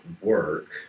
work